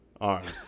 Arms